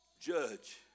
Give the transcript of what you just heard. judge